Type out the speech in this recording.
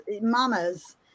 mamas